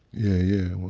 yeah, yeah.